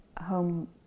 home